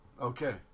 Okay